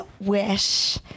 wish